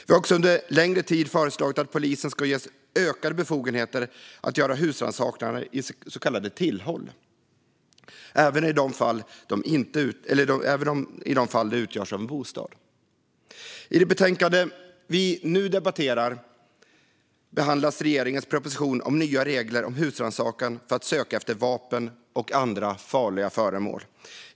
Vi har också under en längre tid föreslagit att polisen ska ges ökade befogenheter att göra husrannsakan i så kallade tillhåll, även i de fall de utgörs av en bostad. I det betänkande vi nu debatterar behandlas regeringens proposition om nya regler om husrannsakan för att söka efter vapen och andra farliga föremål.